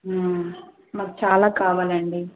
మాకు చాలా కావాలండి